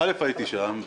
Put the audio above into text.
הייתי שם.